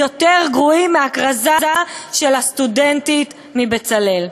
יותר גרועים מהכרזה של הסטודנטית מ"בצלאל".